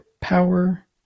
power